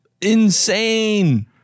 insane